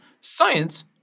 science